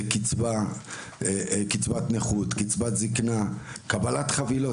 זה קצבת נכות, קצבת זקנה, קבלת חבילות.